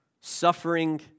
suffering